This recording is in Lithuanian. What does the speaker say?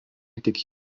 tik